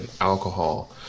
alcohol